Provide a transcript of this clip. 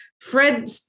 Fred